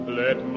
let